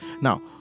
Now